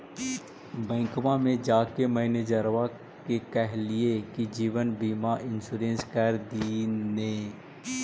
बैंकवा मे जाके मैनेजरवा के कहलिऐ कि जिवनबिमा इंश्योरेंस कर दिन ने?